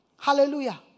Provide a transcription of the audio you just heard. Hallelujah